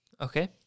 Okay